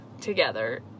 together